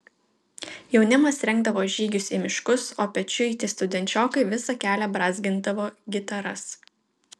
jaunimas rengdavo žygius į miškus o pečiuiti studenčiokai visą kelią brązgindavo gitaras